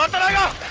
i got